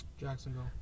Jacksonville